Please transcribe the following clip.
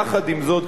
יחד עם זאת,